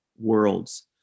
worlds